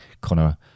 Connor